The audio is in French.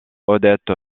odette